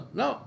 no